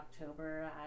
October